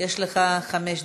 יש לך חמש דקות,